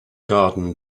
garden